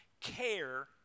care